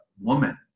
woman